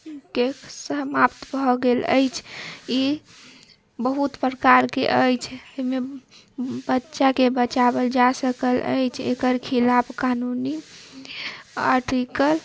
के समाप्त भए गेल अछि ई बहुत प्रकारके अछि एहिमे बच्चाके बचाओल जा सकल अछि एकर खिलाफ कानूनी आर्टिकल